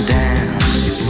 dance